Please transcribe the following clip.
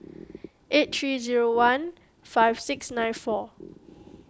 eight three zero one five six nine four